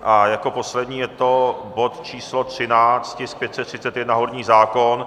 A jako poslední je to bod číslo 13, tisk 531, horní zákon.